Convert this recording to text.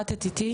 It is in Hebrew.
אותנו?